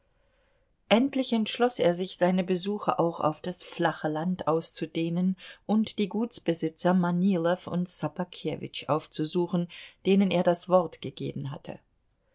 endlich entschloß er sich seine besuche auch auf das flache land auszudehnen und die gutsbesitzer manilow und ssobakewitsch aufzusuchen denen er das wort gegeben hatte